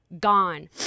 gone